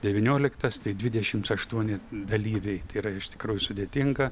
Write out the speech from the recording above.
devynioliktas tai dvidešims aštuoni dalyviai tai yra iš tikrųjų sudėtinga